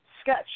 sketch